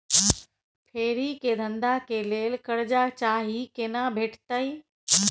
फेरी के धंधा के लेल कर्जा चाही केना भेटतै?